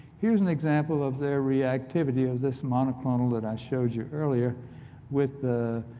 here's an example of their reactivity of this monoclonal that i showed you earlier with